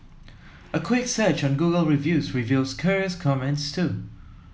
a quick search on Google Reviews reveals curious comments too